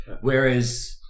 Whereas